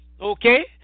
Okay